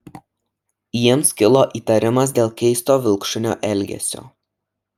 jiems kilo įtarimas dėl keisto vilkšunio elgesio